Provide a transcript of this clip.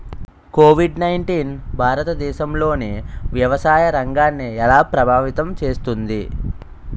Covid nineteen భారతదేశంలోని వ్యవసాయ రంగాన్ని ఎలా ప్రభావితం చేస్తుంది?